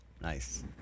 Nice